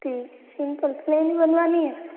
ठीक है simple plain ही बनवानी है